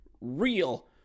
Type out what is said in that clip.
real